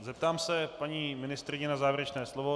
Zeptám se paní ministryně na závěrečné slovo.